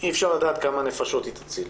אי אפשר לדעת כמה נפשות היא תציל.